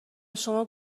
شما